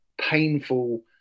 painful